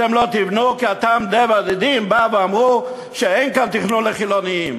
אתם לא תבנו כי "אדם טבע ודין" באו ואמרו שאין כאן תכנון לחילונים.